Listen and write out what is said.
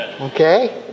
Okay